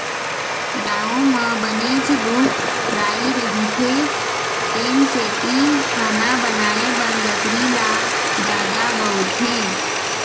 गाँव म बनेच रूख राई रहिथे तेन सेती खाना बनाए बर लकड़ी ल जादा बउरथे